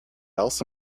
else